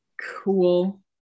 Cool